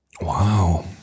Wow